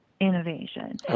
innovation